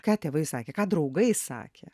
ką tėvai sakė kad draugai sakė